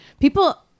people